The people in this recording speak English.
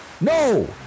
No